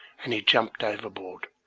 and he jumped overboard,